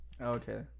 okay